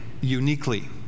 uniquely